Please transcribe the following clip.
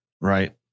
Right